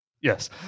Yes